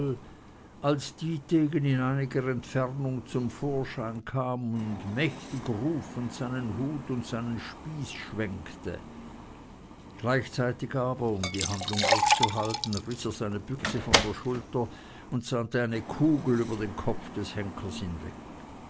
als dietegen in einiger entfernung zum vorschein kam und mächtig rufend seinen hut und seinen spieß schwenkte gleichzeitig aber um die handlung aufzuhalten riß er seine büchse von der schulter und sandte eine kugel über den kopf des henkers